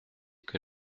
que